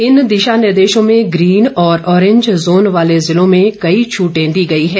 इन दिशा निर्देशों में ग्रीन और अॅरिंज जोन वाले जिलों में कई छूटें दी गई हैं